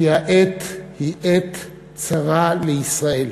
כי העת היא עת צרה לישראל.